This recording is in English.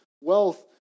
wealth